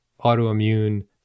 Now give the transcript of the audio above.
autoimmune